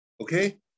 okay